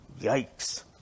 Yikes